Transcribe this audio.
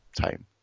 time